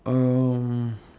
um